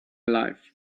alive